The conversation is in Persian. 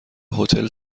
هتل